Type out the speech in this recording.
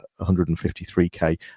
153K